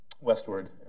westward